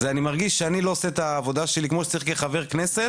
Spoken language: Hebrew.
אני מרגיש שאני לא עושה את העבודה שלי כחבר כנסת